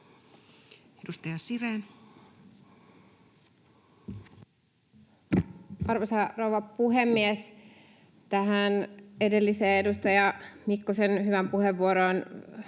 17:48 Content: Arvoisa rouva puhemies! Tähän edelliseen edustaja Mikkosen hyvään puheenvuoroon